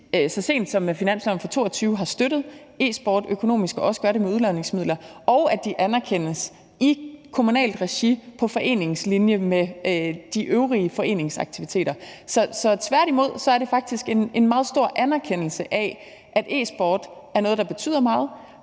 så sent som med finansloven for 2022 har støttet e-sport økonomisk og også gør det med udlodningsmidler, og at det anerkendes i kommunalt regi på linje med de øvrige forskningsaktiviteter. Så tværtimod er det faktisk en meget stor anerkendelse af, at e-sport er noget, der betyder meget,